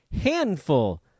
handful